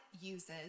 uses